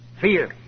fear